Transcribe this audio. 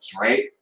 right